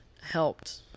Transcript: helped